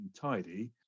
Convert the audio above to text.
tidy